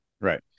Right